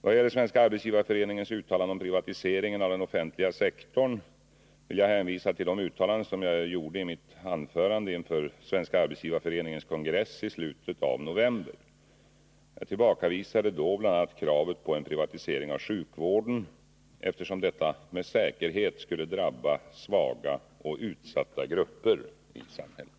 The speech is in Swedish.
Vad gäller Svenska arbetsgivareföreningens uttalanden om privatiseringen av den offentliga sektorn vill jag hänvisa till de uttalanden som jag gjorde i mitt anförande inför Svenska arbetsgivareföreningens kongress i slutet av november. Jag tillbakavisade då bl.a. kravet på en privatisering av sjukvården, eftersom detta med säkerhet skulle drabba svaga och utsatta 101 grupper i samhället.